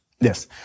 Yes